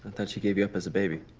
thought she gave you up as a baby.